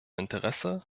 interesse